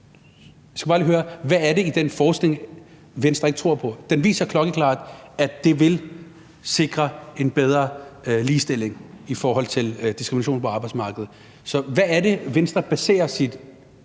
hvad det er i den forskning, Venstre ikke tror på. Den viser klokkeklart, at det vil sikre en bedre ligestilling i forhold til diskrimination på arbejdsmarkedet. Så hvad er det, Venstre baserer sit